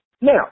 Now